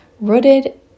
rooted